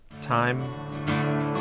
time